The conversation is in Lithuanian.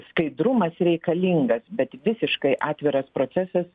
skaidrumas reikalingas bet visiškai atviras procesas